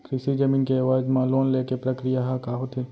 कृषि जमीन के एवज म लोन ले के प्रक्रिया ह का होथे?